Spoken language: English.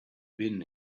been